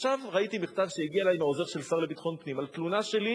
עכשיו ראיתי מכתב שהגיע אלי מהעוזר של השר לביטחון הפנים על תלונה שלי